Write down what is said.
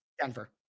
Denver